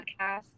podcast